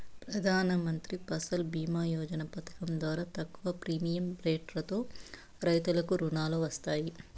ప్రధానమంత్రి ఫసల్ భీమ యోజన పథకం ద్వారా తక్కువ ప్రీమియం రెట్లతో రైతులకు రుణాలు వస్తాయి